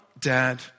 dad